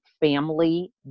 family